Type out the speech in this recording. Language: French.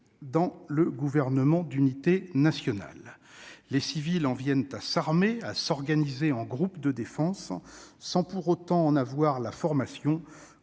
au Gouvernement d'unité nationale. Les civils en viennent à s'armer et à s'organiser en groupes de défense, sans pour autant disposer de la formation